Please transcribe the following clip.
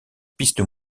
piste